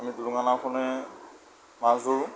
আমি টুলুঙা নাওখনেৰে মাছ ধৰোঁ